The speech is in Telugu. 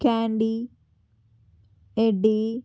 candy eddy